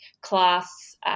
class